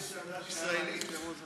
השאלה אם יש סאדאת ישראלי בגין ישראלי.